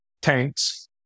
tanks